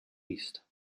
east